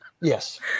Yes